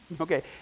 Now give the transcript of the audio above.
okay